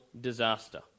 disaster